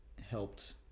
helped